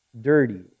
dirty